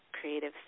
creative